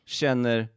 känner